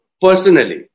personally